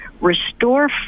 restore